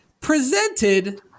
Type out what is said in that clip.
presented